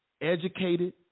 educated